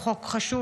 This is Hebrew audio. הוא חוק חשוב.